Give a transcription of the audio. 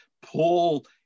Paul